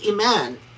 Iman